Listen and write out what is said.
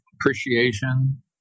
appreciation